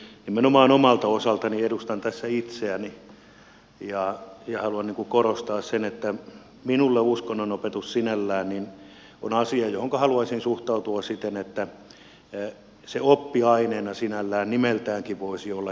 nimenomaan omalta osaltani edustan tässä itseäni haluan korostaa sitä että minulle uskonnonopetus sinällään on asia johonka haluaisin suhtautua siten että se oppiaineena sinällään nimeltäänkin voisi olla jo yhteiskuntaoppia